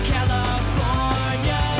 California